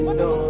no